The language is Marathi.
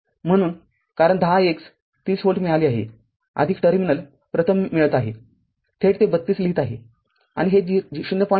म्हणून कारण १० ix तीस व्होल्ट मिळाले आहे टर्मिनल प्रथम मिळत आहे थेट ते ३२ लिहित आहे आणिहे ०